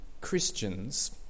Christians